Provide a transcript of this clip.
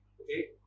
okay